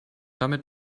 damit